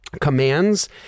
commands